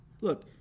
Look